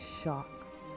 shock